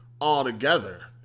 altogether